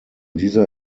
dieser